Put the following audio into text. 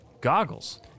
Goggles